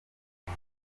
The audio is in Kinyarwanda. ali